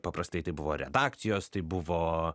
paprastai tai buvo redakcijos tai buvo